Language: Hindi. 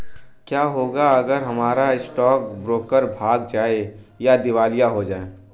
क्या होगा अगर हमारा स्टॉक ब्रोकर भाग जाए या दिवालिया हो जाये?